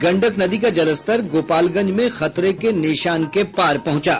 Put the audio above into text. गंडक नदी का जलस्तर गोपालगंज में खतरे के निशान के पार पहुंचा